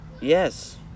Yes